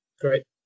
great